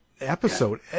episode